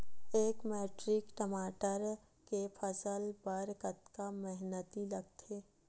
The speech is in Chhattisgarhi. एक मैट्रिक टमाटर के फसल बर कतका मेहनती लगथे?